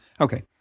Okay